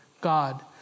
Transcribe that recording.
God